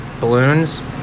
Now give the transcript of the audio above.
balloons